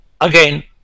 again